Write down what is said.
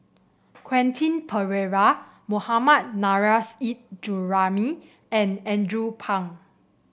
Quentin Pereira Mohammad Nurrasyid Juraimi and Andrew Phang